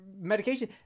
medication